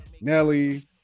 Nelly